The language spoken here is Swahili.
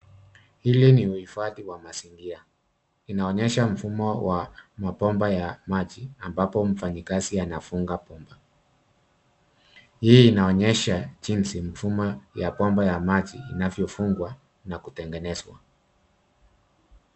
Hili ni uhifadhi wa mazingira, inaonyesha mfumo wa mabomba ya maji ambapo mfanyikazi anafunga bomba. Hii inaonyesha jinsi mfumo ya bomba ya maji inavyofungwa na kutengenezwa.